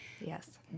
Yes